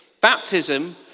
baptism